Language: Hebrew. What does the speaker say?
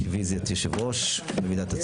מי נמנע?